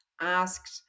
asked